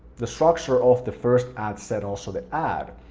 the structure of the first ad set, also the ad,